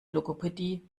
logopädie